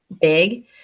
big